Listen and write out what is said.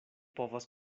povas